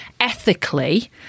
ethically